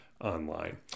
online